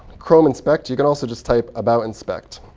chrome inspect. you can also just type, about inspect.